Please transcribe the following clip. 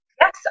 Yes